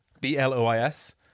B-L-O-I-S